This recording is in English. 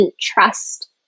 trust